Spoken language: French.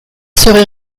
serait